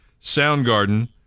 Soundgarden